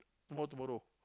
tomorrow tomorrow